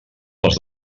els